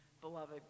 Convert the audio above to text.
beloved